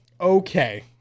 okay